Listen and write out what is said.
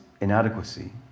inadequacy